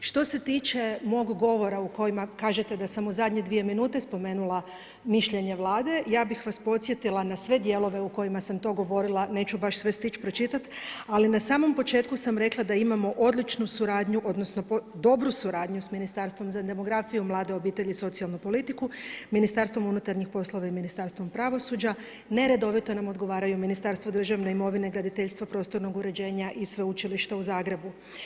Što se tiče mog govora u kojem kažete da sam u zadnje dvije minute spomenula mišljenje Vlade ja bih vas podsjetila na sve dijelove u kojima sam to govorila, neću baš stići sve pročitati ali na samom početku sam rekla da imamo odličnu suradnju odnosno dobru suradnju s Ministarstvom za demografiju, mlade, obitelj i socijalnu politiku, Ministarstvom unutarnjih poslova i Ministarstvom pravosuđa, neredovito nam odgovaraju Ministarstvo državne imovine, graditeljstva, prostornog uređenja i Sveučilišta u Zagrebu.